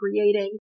creating